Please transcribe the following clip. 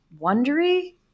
Wondery